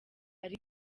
ari